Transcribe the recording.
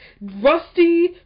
rusty